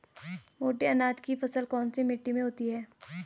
मोटे अनाज की फसल कौन सी मिट्टी में होती है?